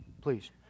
please